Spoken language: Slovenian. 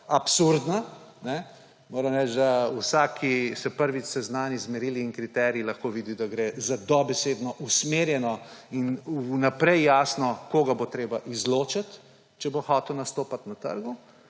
absurdna – moram reči, da vsak, ki se prvič seznani z merili in kriteriji, lahko vidi, da gre za dobesedno usmerjeno in vnaprej jasno, koga bo treba izločiti, če bo hotel nastopati na trgu,